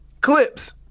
clips